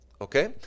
Okay